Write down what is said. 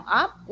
up